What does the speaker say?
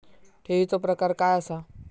ठेवीचो प्रकार काय असा?